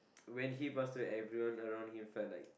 when he passed away everyone around him felt like